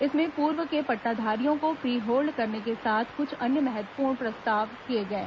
इसमें पूर्व के पट्टाधारियों को फ्री होल्ड करने के साथ क्छ अन्य महत्वपूर्ण प्रावधान किए गए हैं